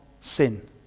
sin